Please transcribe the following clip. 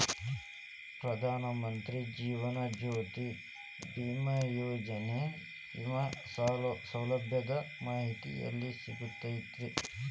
ಪ್ರಧಾನ ಮಂತ್ರಿ ಜೇವನ ಜ್ಯೋತಿ ಭೇಮಾಯೋಜನೆ ವಿಮೆ ಸೌಲಭ್ಯದ ಮಾಹಿತಿ ಎಲ್ಲಿ ಸಿಗತೈತ್ರಿ?